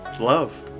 Love